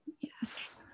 Yes